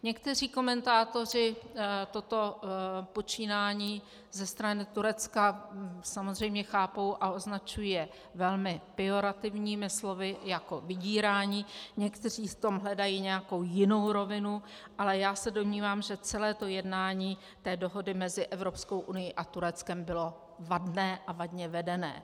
Někteří komentátoři toto počínání ze strany Turecka samozřejmě chápou a označují je velmi pejorativními slovy jako vydírání, někteří v tom hledají nějakou jinou rovinu, ale já se domnívám, že celé jednání té dohody mezi Evropskou unií a Tureckem bylo vadné a vadně vedené.